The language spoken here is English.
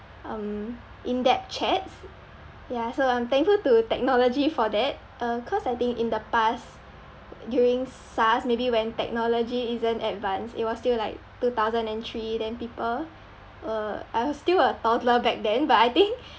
um in depth chats ya so I'm thankful to technology for that uh cause I think in the past during SARS maybe when technology isn't advanced it was still like two thousand and three then people uh I was still a toddler back then but I think